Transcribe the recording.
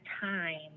time